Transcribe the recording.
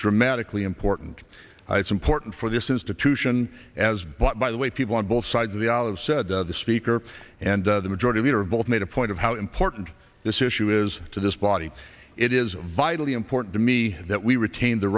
dramatically important it's important for this institution as but by the way people on both sides of the olive said the speaker and the majority leader both made a point of how important this issue is to this body it is vitally important to me that we retain the